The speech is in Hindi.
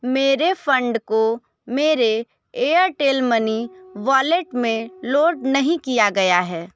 मेरे फ़ंड को मेरे एयरटेल मनी वॉलेट में लोड नहीं किया गया है